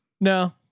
No